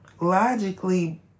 logically